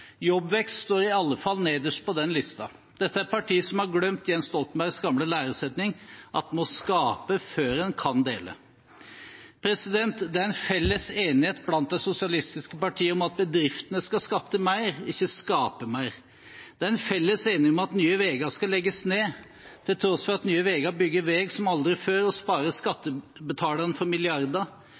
Jobbvekst står i alle fall nederst på den listen. Dette er partier som har glemt Jens Stoltenbergs gamle læresetning om at en må skape før en kan dele. Det er en felles enighet blant de sosialistiske partiene om at bedriftene skal skatte mer, ikke skape mer. Det er en felles enighet om at Nye Veier skal legges ned, til tross for at Nye Veier bygger vei som aldri før og sparer skattebetalerne for milliarder.